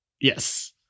Yes